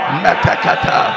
metakata